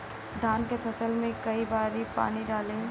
धान के फसल मे कई बारी पानी डाली?